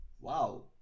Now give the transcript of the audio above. Wow